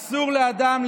אסור לאדם,